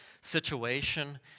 situation